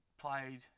played